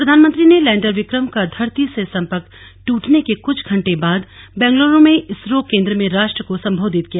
प्रधानमंत्री ने लैंडर विक्रम का धरती से सम्पर्क ट्रटने के कुछ घंटे बाद बेंगलुरु में इसरो केन्द्र में राष्ट्र को संबोधित किया